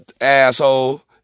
asshole